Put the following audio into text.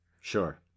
Sure